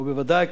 ובוודאי,